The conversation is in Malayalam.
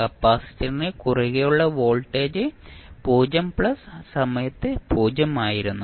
കപ്പാസിറ്ററിന് കുറുകെയുള്ള വോൾട്ടേജ് 0 പ്ലസ് സമയത്ത് 0 ആയിരുന്നു